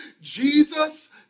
Jesus